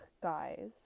guys